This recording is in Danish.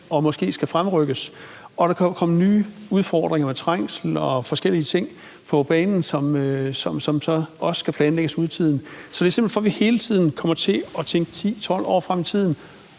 og måske skal fremrykkes, og der kan jo komme nye udfordringer med trængsel og forskellige andre ting på banen, som så også skal planlægges ud i tiden. Så det er simpelt hen, for at vi hele tiden kommer til at tænke 10, 12 år frem i tiden,